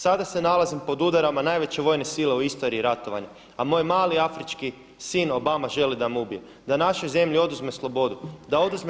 Sada se nalazim pod udarom najveće vojne sile u istoriji ratovanja a moj mali afrički sin Obama želi da me ubijem, da našoj zemlji oduzme slobodu, da oduzme